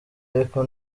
ariko